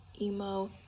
emo